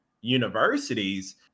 universities